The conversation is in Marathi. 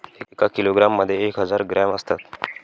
एका किलोग्रॅम मध्ये एक हजार ग्रॅम असतात